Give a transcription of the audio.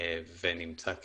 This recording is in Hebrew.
ונמצא כחיובי,